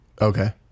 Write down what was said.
Okay